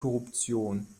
korruption